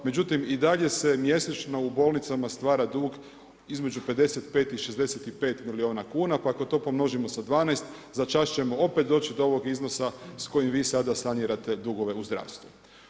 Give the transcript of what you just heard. Međutim, i dalje se mjesečno u bolnicama stvara dug između 55 i 65 milijuna kuna pa ako to pomnožimo sa 12 za čas ćemo opet doći do ovog iznosa sa kojim vi sada sanirate dugove u zdravstvu.